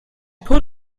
put